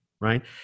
right